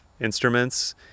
instruments